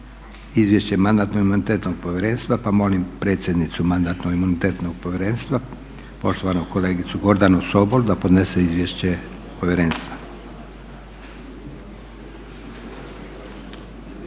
Izvješće Mandatno-imunitetnog povjerenstva pa molim predsjednicu Mandatno-imunitetnog povjerenstva poštovanu kolegicu Gordanu Sobol da podnese izvješće povjerenstva.